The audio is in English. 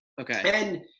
Okay